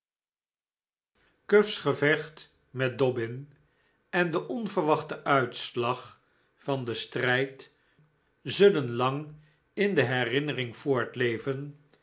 uffs gevecht met dobbin en de onverwachte uitslag van den strijd zullen lang in de herinnering voortleven